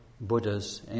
Buddhas